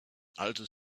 altes